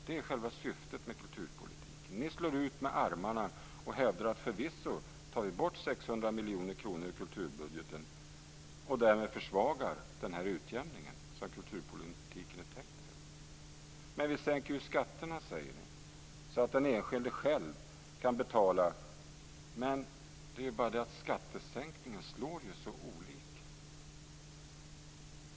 Det är själva syftet med kulturpolitiken. Ni slår ut med armarna och hävdar: Förvisso tar vi bort 600 miljoner kronor i kulturbudgeten och därmed försvagar den utjämning som kulturpolitiken är tänkt för, men vi sänker skatterna så att den enskilde själv kan betala. Det är bara det att skattesänkningar slår så olika.